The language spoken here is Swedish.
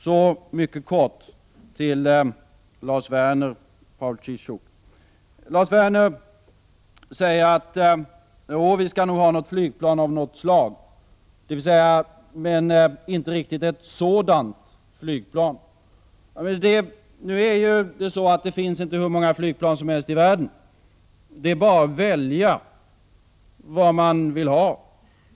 Så mycket kort till Lars Werner och Paul Ciszuk. Lars Werner säger att vi nog skall ha något flygplan av något slag, men inte riktigt ett sådant flygplan. Det finns ju inte hur många flygplanstyper som helst i världen så att det bara är att välja vad man vill ha.